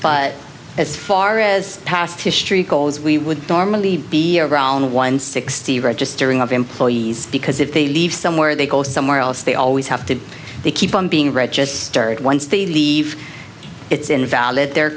but as far as past history goes we would normally be around one sixty registering of employees because if they leave somewhere they go somewhere else they always have to they keep on being registered once they leave it's invalid their